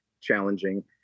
challenging